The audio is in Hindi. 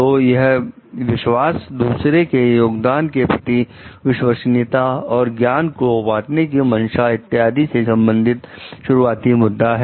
तो यह विश्वास दूसरे के योगदान के प्रति विश्वसनीयता और ज्ञान को बांटने की मंशा इत्यादि से संबंधित शुरुआती मुद्दा है